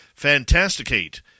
Fantasticate